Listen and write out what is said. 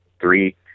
three